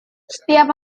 setiap